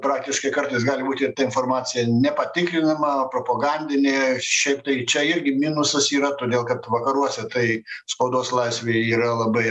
praktiškai kartais gali būti ta informacija nepatikrinama propagandinė šiaip tai čia irgi minusas yra todėl kad vakaruose tai spaudos laisvė ji yra labai